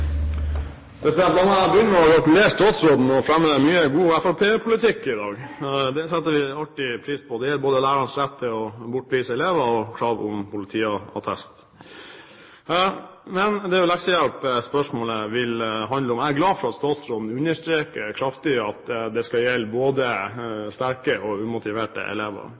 La meg begynne med å gratulere statsråden med å ha fremmet mye god fremskrittspartipolitikk i dag. Det setter vi alltid pris på. Det gjelder både lærernes rett til å bortvise elever og krav om politiattest. Men det er leksehjelp spørsmålet vil handle om. Jeg er glad for at statsråden understreker kraftig at det skal gjelde for både sterke og umotiverte elever.